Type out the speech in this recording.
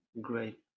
Great